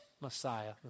Messiah